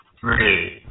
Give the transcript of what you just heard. three